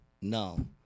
no